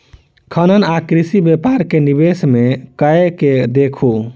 खनन आ कृषि व्यापार मे निवेश कय के देखू